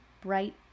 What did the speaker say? bright